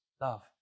love